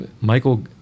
Michael